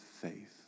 faith